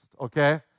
okay